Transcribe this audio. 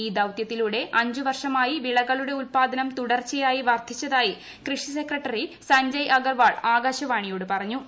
ഈ ്ദൌത്യത്തിലൂടെ അഞ്ചു വർഷമായി വിളകളുടെ ഉൽപ്പാദനം തുടർച്ചയായി വർദ്ധിച്ചതായി കൃഷി സെക്രട്ടറി സഞ്ജയ് അഗർവാൾ ആകാശവാണിയോട് പറഞ്ഞു